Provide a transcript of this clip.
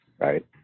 right